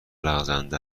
لغزنده